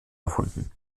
erfunden